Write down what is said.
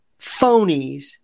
phonies